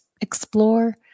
explore